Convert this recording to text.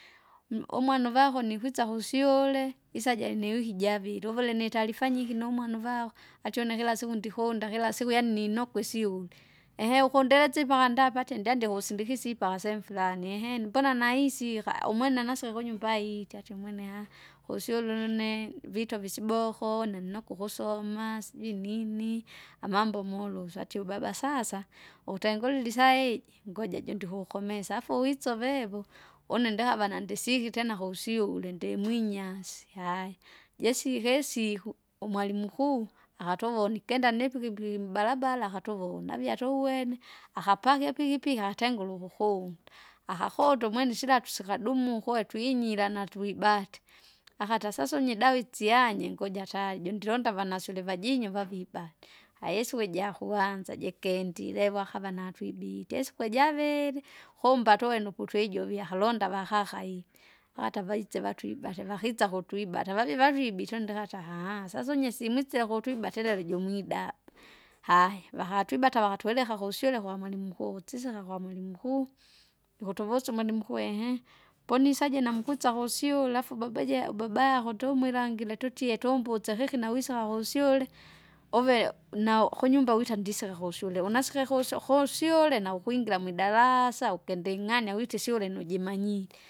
Umwana uvako nikwisa kusyuule isajere niwiki javiri uvule nitarifa nyingi numwana uvako, atie une kirasiku ndikunda kirasiku yaani ninokwe isyule, ehee ukundesipaka ndapatie ndyandi kusindisa ipaka sehemu furani eehe ni- mbona nahisika umwene naseka kunyumba ityati umwene aaha! kusyule ururune vitove isiboko une nukuhusoma sijui nini, amambo moluswa atie ubaba sasa, ukutengulile isaiji, ngoja jondikukomesa afu wisovevu. Une ndihava nandisike tena kusyule ndimwinyasi, haya, jeske isiku, umwalimu mkuu akatuvona ikenda nipikipiki mubarabara akatuvona avia atuvwene, akapaki ipikipiki atengula ukukunda, akakote umwene isilatu sikadumu ukwetu twinyira natwibate, akata sasa unyedawa itsianye ngoja tari jondilonda avana sulevajinyo vavibade. Aisiku ijingi ijakuanza jikendilevo akava natwibite isiku ijavili, kumba atuwe nuputwijovi akalonda avakaka ija, wakati avaitse vatwi vati vakitsa kutwibata vaji vajwibite undekata anhaa sasa unye simwisira kutwibatire lijumwidaba. Haya vakatwibata vakatuleka kusyule kwamwalimu mkuu ukutsisika kwamwalimu mkuu! ukutuvusu umwarimu mkuu eehe, ponisaje namkwisa kusyule afu babaje babako tumwilangire tutie tumbuse kikinawisa wakusyule uve ukunyumba wita ndiseka kusyule unasike kusyo- kusyule naukwingira mwidarasaa ukinding'anywa witse syule nujimanyire.